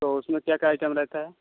तो उसमें क्या क्या आइटम रहता है